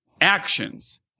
Actions